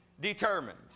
determined